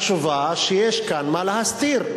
התשובה, שיש כאן מה להסתיר.